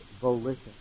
volition